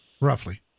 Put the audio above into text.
roughly